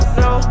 no